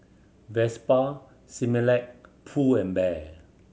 Vespa Similac Pull and Bear